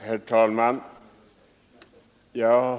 Herr talman!